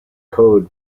code